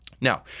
Now